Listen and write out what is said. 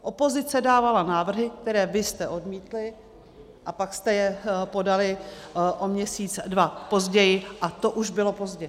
Opozice dávala návrhy, které vy jste odmítli, a pak jste je podali o měsíc, dva později a to už bylo pozdě.